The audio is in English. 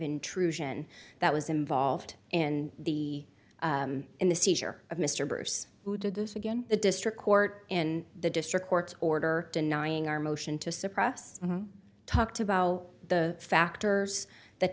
intrusion that was involved in the in the seizure of mr bruce who did this again the district court in the district court order denying our motion to suppress talked about how the factors that